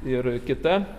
ir kita